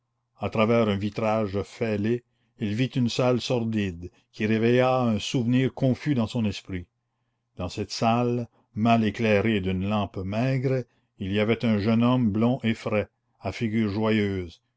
à travers un vitrage fêlé il vit une salle sordide qui réveilla un souvenir confus dans son esprit dans cette salle mal éclairée d'une lampe maigre il y avait un jeune homme blond et frais à figure joyeuse